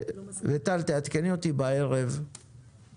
טל, תעדכני אותי בערב על